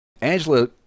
Angela